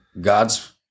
God's